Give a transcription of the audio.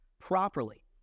properly